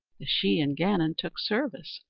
the shee an gannon took service,